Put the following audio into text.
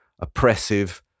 oppressive